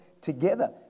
together